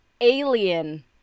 alien